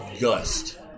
Gust